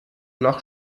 noch